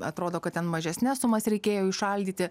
atrodo kad ten mažesnes sumas reikėjo įšaldyti